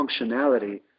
functionality